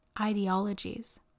ideologies